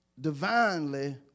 divinely